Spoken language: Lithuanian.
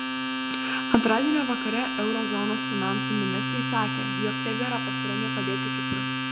antradienio vakare euro zonos finansų ministrai sakė jog tebėra pasirengę padėti kiprui